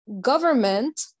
government